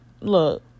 look